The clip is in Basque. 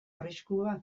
arriskua